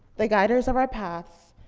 the guiders of our paths,